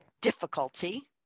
difficulty